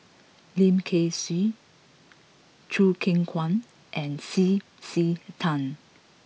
Lim Kay Siu Choo Keng Kwang and C C Tan